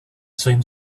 seemed